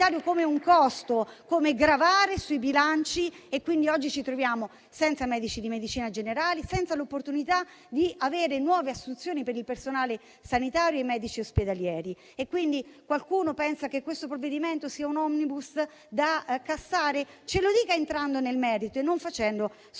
come un costo che grava sui bilanci? Ci troviamo oggi così senza medici di medicina generale e senza l'opportunità di avere nuove assunzioni per il personale sanitario e i medici ospedalieri. Qualcuno pensa che questo provvedimento sia un *omnibus* da cassare? Ce lo dica entrando nel merito e non facendo solamente